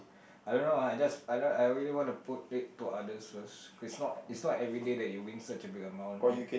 I don't know lah I just I ra~ really want to put it to others first it's not it's not everyday that you win such a big amount and